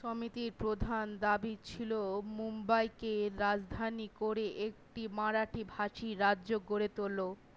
সমিতির প্রধান দাবি ছিল মুম্বাইকে রাজধানী করে একটি মারাঠি ভাষী রাজ্য গড়ে তোলো